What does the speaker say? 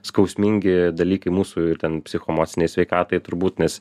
skausmingi dalykai mūsų ten ir psichoemocinei sveikatai turbūt nes